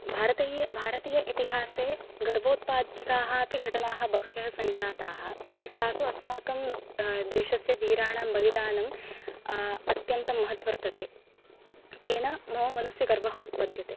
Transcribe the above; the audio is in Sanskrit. भारतै भारतीय इतिहासे गर्वोत्पादिकाः अपि घटनाः बह्व्यः सञ्जाताः तासु अस्माकं देशस्य वीराणां बलिदानं अत्यन्तं महत् वर्तते तेन मम मनसि गर्वः उत्पद्यते